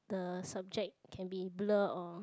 the subject can be blur or